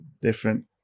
different